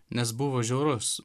nes buvo žiaurus